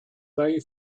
they